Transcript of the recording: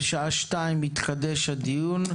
בשעה 14:00 יתחדש הדיון.